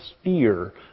sphere